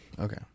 okay